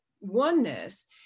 oneness